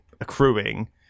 accruing